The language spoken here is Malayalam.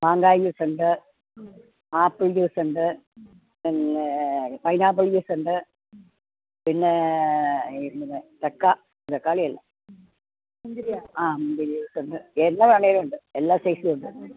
മാങ്കായ് ജ്യൂസ് ഉണ്ട് ആപ്പിൾ ജ്യൂസ് ഉണ്ട് പിന്നേ പൈനാപ്പിൾ ജ്യൂസ് ഉണ്ട് പിന്നേ തക്കാളി അല്ല ആ മുന്തിരി ജ്യൂസ് ഉണ്ട് എന്നാ വേണമെങ്കിലും ഉണ്ട് എല്ലാ സൈസും ഉണ്ട്